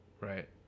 Right